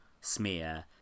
smear